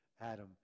Adam